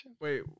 Wait